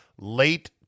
late